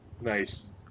Nice